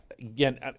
Again